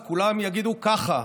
אז כולם יגידו ככה,